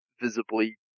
visibly